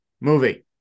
movie